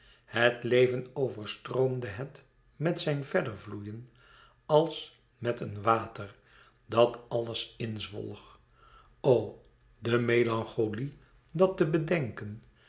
het leven overstroomde het met zijn verder vloeien als met een water dat alles uitwischte o de melancholie dat te bedenken